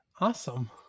Awesome